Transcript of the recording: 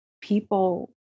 people